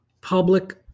public